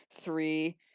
Three